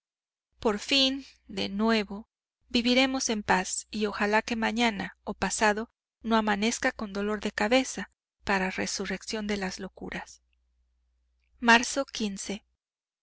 por fin de nuevo viviremos en paz y ojalá que mañana o pasado no amanezca con dolor de cabeza para resurrección de las locuras marzo